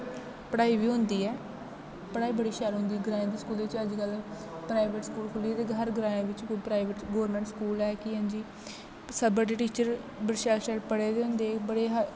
पढ़ाई बी होंदी ऐ पढ़ाई बड़ी शैल होंदी ग्राएं दे स्कूलें च अज्ज कल प्राईवेट स्कूल खुल्ली गेदे हर ग्राएं बिच्च प्राईवेट गौरमैंट स्कूल ऐ कि हां जी सब टीचर बड़े शैल शैल पढ़े दे होंदे बड़े हारे